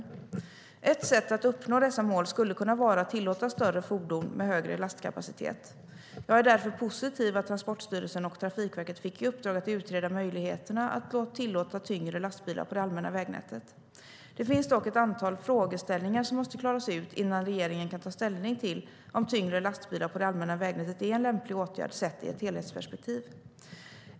Ett sätt att uppnå dessa mål skulle kunna vara att tillåta större fordon med högre lastkapacitet. Jag är därför positiv till att Transportstyrelsen och Trafikverket fick i uppdrag att utreda möjligheterna att tillåta tyngre lastbilar på det allmänna vägnätet. Det finns dock ett antal frågeställningar som måste klaras ut innan regeringen kan ta ställning till om tyngre lastbilar på det allmänna vägnätet är en lämplig åtgärd sett i ett helhetsperspektiv.